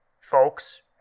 Folks